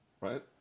Right